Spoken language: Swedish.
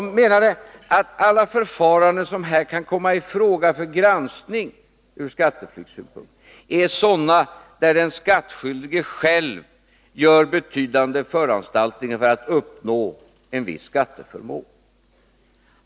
Man menade att alla förfaranden som här kan komma i fråga för granskning ur skatteflyktssynpunkt är sådana där den skattskyldige själv gör betydande föranstaltningar för att uppnå en viss skatteförmån.